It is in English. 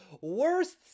worst